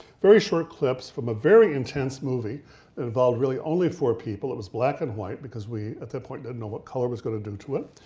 very short clips from a very intense movie. it involved really only four people. it was black and white because we, at that point, didn't know what color was gonna do to it,